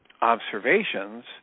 observations